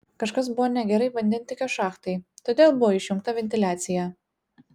kažkas buvo negerai vandentiekio šachtai todėl buvo išjungta ventiliacija